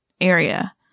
area